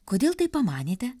kodėl taip pamanėte